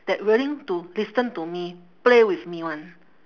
that willing to listen to me play with me [one]